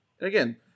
Again